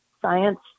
science